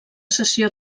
sessió